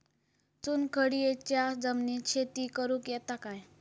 चुनखडीयेच्या जमिनीत शेती करुक येता काय?